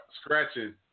Scratching